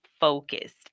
focused